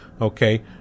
Okay